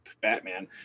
batman